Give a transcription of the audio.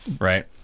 Right